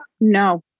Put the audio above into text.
no